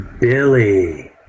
Billy